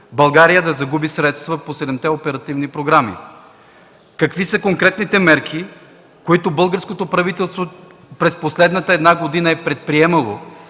България да загуби средства по седемте оперативни програми? Какви са конкретните мерки, които българското правителство през последната една година е предприемало,